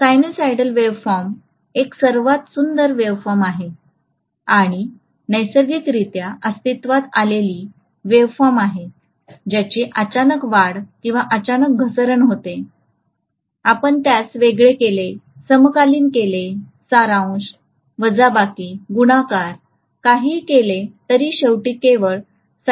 sinusoidal waveform एक सर्वात सुंदर वेव्हफॉर्म आहे आणि नैसर्गिकरित्या अस्तित्वात असलेली वेव्हफॉर्म आहे ज्याची अचानक वाढ किंवा अचानक घसरण होते आपण त्यास वेगळे केले समाकलित केले सारांश वजाबाकी गुणाकार काहीही केले तरीही शेवटी केवळ सायनुसायडच उत्पन्न होते